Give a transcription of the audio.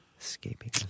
Escaping